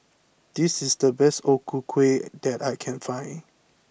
this is the best O Ku Kueh that I can find